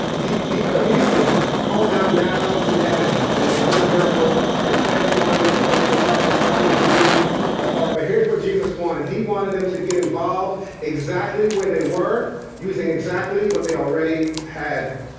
he he could have easily called down manna from heaven and and then a miracle and fed everyone without the disciples even being a part, but here's what jesus wanted. he wanted them to get involved exactly where they were using exactly what they already had.